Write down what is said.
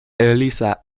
eliza